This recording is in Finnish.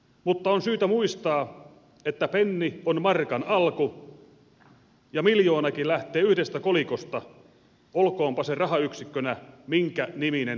mutta on syytä muistaa että penni on markan alku ja miljoonakin lähtee yhdestä kolikosta olkoonpa se rahayksikkönä minkä niminen tahansa